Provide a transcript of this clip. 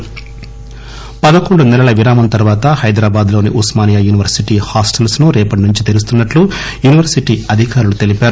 D OU hostels పదకొండు నెలల విరామం తర్వాత హైదరాబాద్ లోని ఉస్మానియా యూనివర్సిటీ హాస్టల్స్ ను రేపటి నుంచి తెరుస్తున్నట్లు యూనివర్సిటీ అధికారులు తెలిపారు